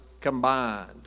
combined